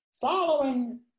following